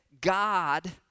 God